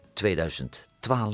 2012